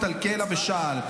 על קלע ושעל,